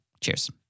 Cheers